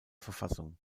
verfassung